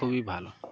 খুবই ভালো